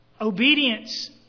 obedience